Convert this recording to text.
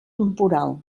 temporal